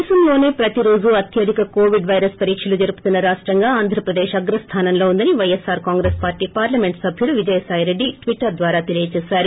దేశంలోసే ప్రతి రోజు అత్యధిక కోవిడ్ పైరస్ పరీక్షలు జరుపుతున్న రాష్టంగా ఆంధ్రప్రదేశ్ అగ్రస్థానంలో ఉందని వైఎస్సార్ కాంగ్రెస్ పార్టీ పార్లమెంట్ సభ్యుడు విజయసాయిరెడ్డి ట్వీటర్ ద్వారా తెలియజేసారు